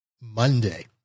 Monday